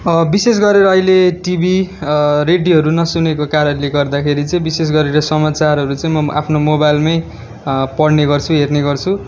विशेष गरेर अहिले टिभी रेडियोहरू नसुनेको कारणले गर्दाखेरि चाहिँ विशेष गरेर समाचारहरू चाहिँ म आफ्नो मोबाइलमै पढ्ने गर्छु हेर्ने गर्छु